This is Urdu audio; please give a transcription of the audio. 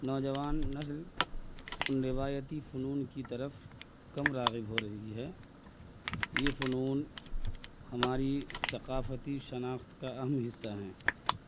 نوجوان نسل ان روایتی فنون کی طرف کم راغب ہو رہی ہے یہ فنون ہماری ثقافتی شناخت کا اہم حصہ ہیں